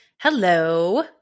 Hello